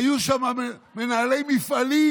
היו שם מנהלי מפעלים